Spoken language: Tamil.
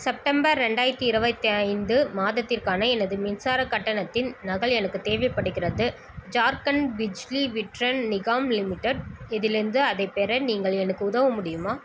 செப்டம்பர் ரெண்டாயிரத்து இருபத்தி ஐந்து மாதத்திற்கான எனது மின்சார கட்டணத்தின் நகல் எனக்கு தேவைப்படுகிறது ஜார்க்கண்ட் பிஜ்லி விட்ரன் நிகாம் லிமிட்டெட் இதிலிருந்து அதை பெற நீங்கள் எனக்கு உதவ முடியுமா